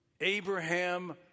Abraham